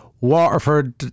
Waterford